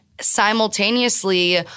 simultaneously